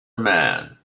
man